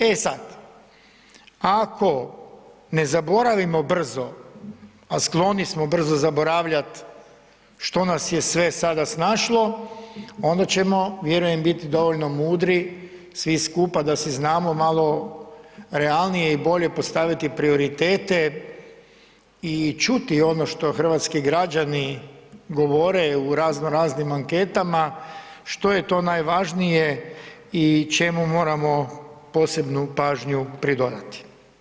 E sad, ako ne zaboravimo brzo, a skloni smo brzom zaboravljat što nas je sve sada snašlo onda ćemo vjerujem biti dovoljno mudri svi skupa da si znamo malo realnije i bolje postaviti prioritete i čuti ono što hrvatski građani govore u raznoraznim anketama, što je to najvažnije i čemu moramo posebnu pažnju pridodati.